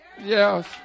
Yes